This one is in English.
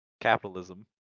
Capitalism